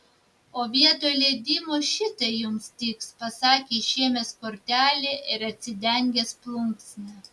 o vietoj leidimo šitai jums tiks pasakė išėmęs kortelę ir atsidengęs plunksną